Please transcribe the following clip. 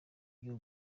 y’u